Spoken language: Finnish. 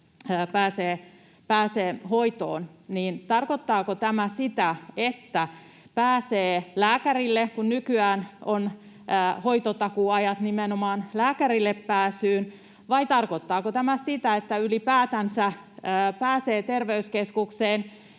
pääsee hoitoon. Tarkoittaako tämä sitä, että pääsee lääkärille, kun nykyään on hoitotakuuajat nimenomaan lääkärille pääsyyn, vai tarkoittaako tämä sitä, että ylipäätänsä pääsee terveyskeskukseen